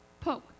poke